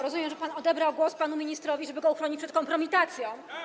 Rozumiem, że pan odebrał głos panu ministrowi, żeby go uchronić przed kompromitacją.